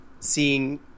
seeing